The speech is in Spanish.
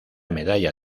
medalla